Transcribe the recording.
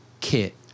kit